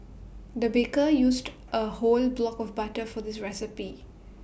the baker used A whole block of butter for this recipe